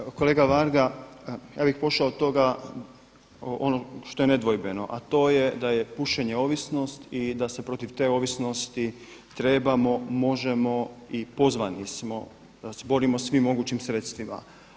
Evo kolega Varga, ja bih pošao od toga, ono što je nedvojbeno a to je da je pušenje ovisnost i da se protiv te ovisnosti trebamo, možemo i pozvani smo da se borimo svim mogućim sredstvima.